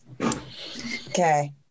Okay